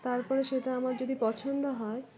তারপরে সেটা আমার যদি পছন্দ হয়